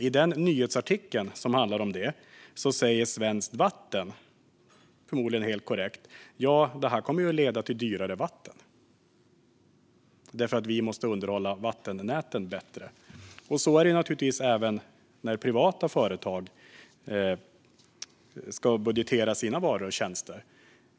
I den nyhetsartikel som handlar om detta säger Svenskt Vatten, förmodligen helt korrekt, att det här kommer att leda till dyrare vatten eftersom de måste underhålla vattennäten bättre. Så är det naturligtvis även när privata företag ska budgetera sina varor och tjänster.